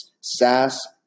SaaS